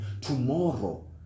tomorrow